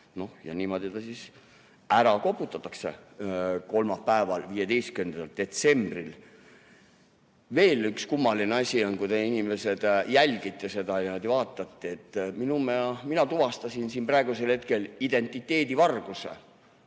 Ja niimoodi see ära koputatakse kolmapäeval, 15. detsembril. Veel üks kummaline asi on, kui te, inimesed, jälgite seda ja vaatate. Mina tuvastasin siin praegusel hetkel identiteedivarguse.